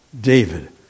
David